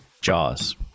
Jaws